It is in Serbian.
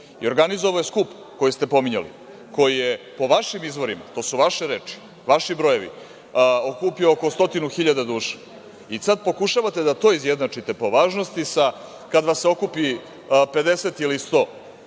organizovao je skup koji ste pominjali, koji je po vašim izvorima, to su vaše reči, vaši brojevi, okupio oko stotinu hiljada duša i sad pokušavate da to izjednačite po važnosti sa kad vas se okupi 50 ili 100 i